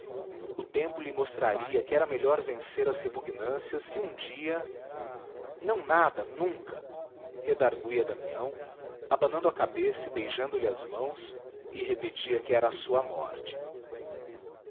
unama br que era melhor vencer as repugnâncias e um dia não nada nunca redargüía damião abanando a cabeça e beijando-lhe as mãos e repetia que era a sua morte